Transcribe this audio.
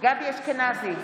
גבי אשכנזי,